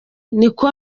niko